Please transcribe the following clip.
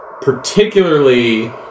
Particularly